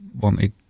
wanted